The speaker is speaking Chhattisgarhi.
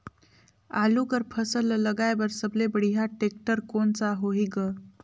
आलू कर फसल ल लगाय बर सबले बढ़िया टेक्टर कोन सा होही ग?